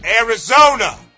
Arizona